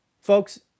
folks